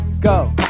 go